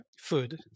food